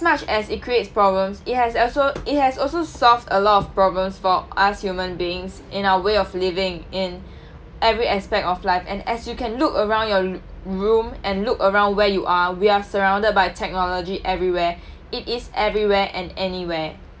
much as it creates problems it has also it has also solve a lot of problems for us human beings in our way of living in every aspect of life and as you can look around your lo~ room and look around where you are we are surrounded by technology everywhere it is everywhere and anywhere